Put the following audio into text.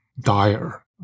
dire